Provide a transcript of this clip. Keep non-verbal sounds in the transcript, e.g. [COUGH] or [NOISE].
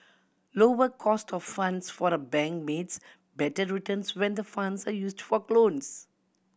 lower cost of funds for the bank means better returns when the funds are used for [UNINTELLIGIBLE] loans